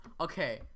Okay